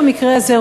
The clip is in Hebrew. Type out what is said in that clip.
במקרה הזה,